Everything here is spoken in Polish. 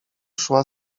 szła